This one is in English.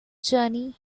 journey